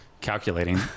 calculating